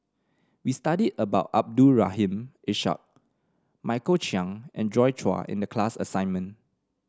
we studied about Abdul Rahim Ishak Michael Chiang and Joi Chua in the class assignment